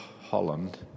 Holland